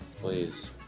Please